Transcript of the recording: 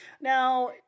Now